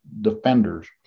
defenders